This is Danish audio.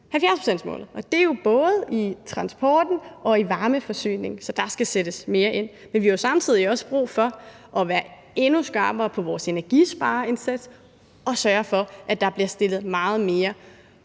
70-procentsmålet. Det er jo både i transporten og i varmeforsyningen, så der skal sættes mere ind. Men vi har jo samtidig også brug for at være endnu skarpere på vores energispareindsats og sørge for, at der bliver stillet meget mere